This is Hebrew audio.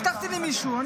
הבטחתי למישהו.